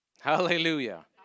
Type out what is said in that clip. Hallelujah